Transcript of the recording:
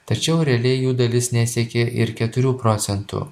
tačiau realiai jų dalis nesiekė ir keturių procentų